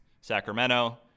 Sacramento